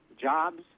jobs